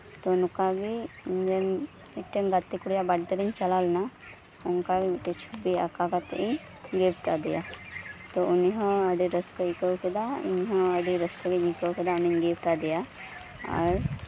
ᱛᱚ ᱱᱚᱝᱠᱟ ᱜᱮ ᱤᱧᱨᱮᱱ ᱢᱤᱫᱴᱮᱱ ᱜᱟᱛᱮ ᱠᱩᱲᱤᱭᱟᱜ ᱵᱟᱨᱛᱷ ᱰᱮᱹ ᱨᱮᱧ ᱪᱟᱞᱟᱣ ᱞᱮᱱᱟ ᱚᱱᱠᱟᱜᱮ ᱢᱤᱫᱴᱮᱱ ᱪᱷᱚᱵᱤ ᱟᱸᱠᱟᱣ ᱠᱟᱛᱮᱜ ᱤᱧ ᱜᱤᱯᱷᱴ ᱟᱫᱮᱭᱟ ᱛᱚ ᱩᱱᱤᱦᱚᱸ ᱟᱹᱰᱤ ᱨᱟᱹᱥᱠᱟᱹᱭ ᱟᱹᱭᱠᱟᱹᱣ ᱠᱮᱫᱟ ᱤᱧᱦᱚ ᱟᱹᱰᱤ ᱨᱟᱹᱥᱠᱟᱹ ᱜᱤᱧ ᱟᱹᱭᱠᱟᱹᱣ ᱠᱮᱫᱟ ᱩᱱᱤᱧ ᱜᱤᱯᱷᱴ ᱟᱫᱮᱭᱟ ᱟᱨ